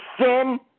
sin